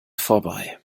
vorbei